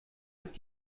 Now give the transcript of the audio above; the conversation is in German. ist